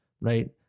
right